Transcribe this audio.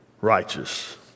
righteous